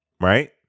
right